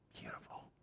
Beautiful